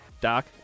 Doc